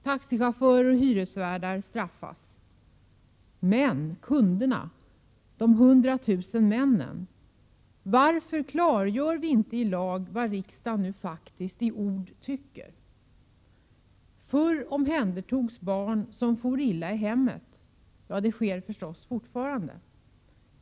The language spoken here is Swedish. Taxichaufförer och hyresvärdar straffas. Men kunderna? De 100 000 männen? Varför klargör vi inte i lag vad riksdagen nu faktiskt i ord tycker? Förr omhändertogs barn som for illa i hemmet. Ja, det sker förstås fortfarande.